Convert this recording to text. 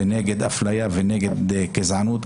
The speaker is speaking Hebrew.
ונגד הפליה ונגד גזענות,